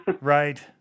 right